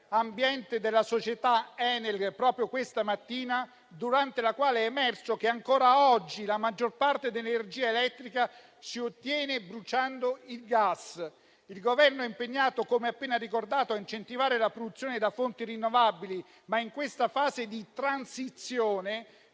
ambiente della società Enel, proprio questa mattina, durante la quale è emerso che, ancora oggi, la maggior parte dell'energia elettrica si ottiene bruciando il gas. Il Governo è impegnato, come ho appena ricordato, a incentivare la produzione da fonti rinnovabili, ma in questa fase di transizione